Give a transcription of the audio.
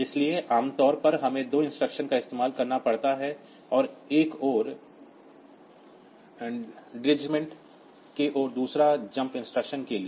इसलिए आम तौर पर हमें दो इंस्ट्रक्शंस का इस्तेमाल करना पड़ता है एक और डेक्रेमेंट के लिए और दूसरा जंप इंस्ट्रक्शन के लिए